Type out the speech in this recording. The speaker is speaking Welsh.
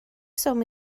swm